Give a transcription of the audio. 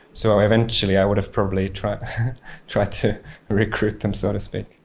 so eventually, i would have probably tried tried to recruit them so to speak.